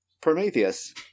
Prometheus